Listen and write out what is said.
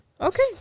okay